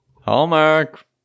Hallmark